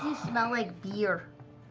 smell like beer?